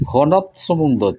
ᱦᱚᱱᱚᱛ ᱥᱩᱢᱩᱝ ᱫᱚ ᱪᱮᱫᱟᱜ